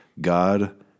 God